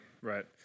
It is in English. right